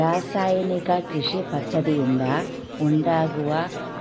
ರಾಸಾಯನಿಕ ಕೃಷಿ ಪದ್ದತಿಯಿಂದ ಉಂಟಾಗುವ